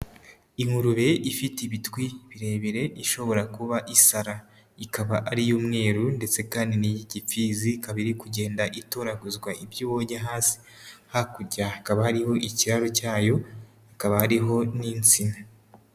Ingurube ifite ibitwi birebire ishobora kuba isara, ikaba ari iy'umweru ndetse kandi n'iy'igipfizi, ikaba iri kugenda itoraguzwa ibyo ibonye hasi, hakurya hakaba hariho ikiraro cyayo hakaba hariho n'insina.